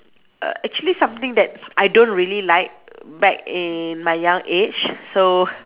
err actually something that I don't really like back in my young age so